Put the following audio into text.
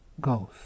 goes